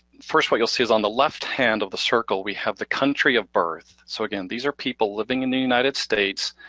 first what you'll see is on the left hand of the circle, we have the country of birth. so again, these are people living in the united states,